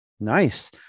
Nice